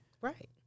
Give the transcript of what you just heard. Right